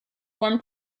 formed